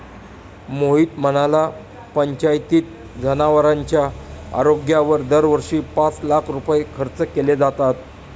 मोहित म्हणाला, पंचायतीत जनावरांच्या आरोग्यावर दरवर्षी पाच लाख रुपये खर्च केले जातात